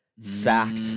sacked